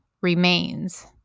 remains